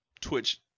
twitch